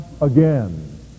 again